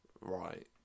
right